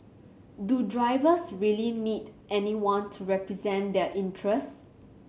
do drivers really need anyone to represent their interests